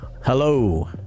hello